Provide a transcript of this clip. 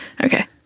okay